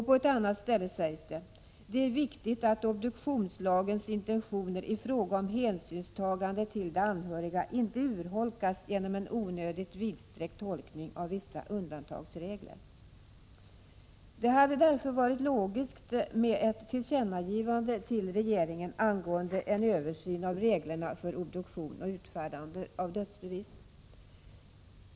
På ett annat ställe sägs det att det ”är viktigt att obduktionslagens intentioner i fråga om hänsynstagande till de anhöriga inte urholkas genom en onödigt vidsträckt tolkning av vissa undantagsregler”. Det hade därför varit logiskt med ett tillkännagivande till regeringen angående en översyn av reglerna för obduktion och utfärdande av dödsbevis.